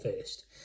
first